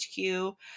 HQ